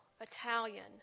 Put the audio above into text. Italian